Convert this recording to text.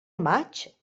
maig